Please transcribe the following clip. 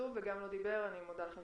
נוסף, עוה"ד אברמוביץ?